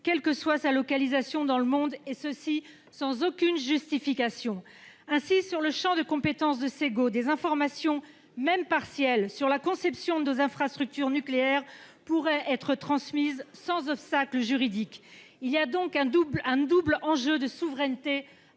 quelle que soit sa localisation dans le monde et sans aucune justification. Ainsi, dans le champ de compétences de Segault, des informations, même partielles, sur la conception de nos infrastructures nucléaires pourraient être transmises sans obstacle juridique. Il y a donc un double enjeu, de souveraineté